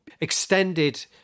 extended